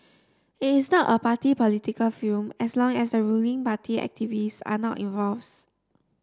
it is not a party political film as long as the ruling party activists are not involves